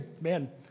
man